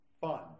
fun